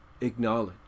acknowledge